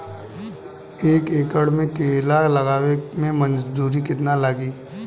एक एकड़ में केला लगावे में मजदूरी कितना लागी?